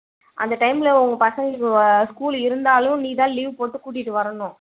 அந்த டைம்மில் உங்கள் பசங்களுக்கு ஸ்கூல் இருந்தாலும் நீ தான் லீவ் போட்டு கூட்டிகிட்டு வரணும்